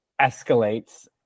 escalates